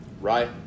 Right